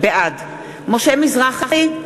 בעד משה מזרחי,